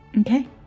Okay